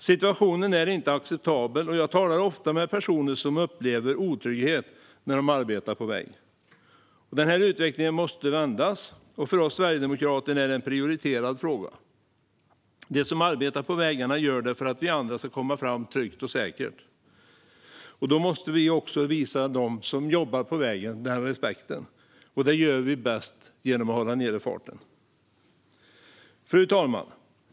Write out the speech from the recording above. Situationen är inte acceptabel. Jag talar ofta med personer som upplever otrygghet när de arbetar på väg. Den här utvecklingen måste vändas, och för oss sverigedemokrater är det en prioriterad fråga. De som arbetar på vägarna gör det för att vi andra ska komma fram tryggt och säkert. Då måste vi visa dem som jobbar på vägen respekt, och det gör vi bäst genom att hålla nere hastigheten. Fru talman!